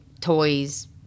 toys